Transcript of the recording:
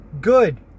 good